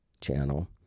channel